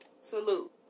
Salute